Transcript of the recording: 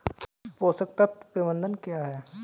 पोषक तत्व प्रबंधन क्या है?